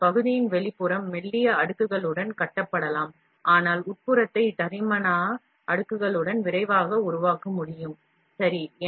எனவே பகுதியின் வெளிப்புறம் மெல்லிய அடுக்குகளுடன் கட்டப்படலாம் ஆனால் உட்புறத்தை தடிமனான அடுக்குகளுடன் விரைவாக உருவாக்க முடியும் சரி